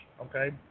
Okay